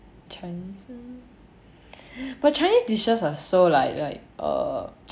chinese mm but chinese dishes are so like like err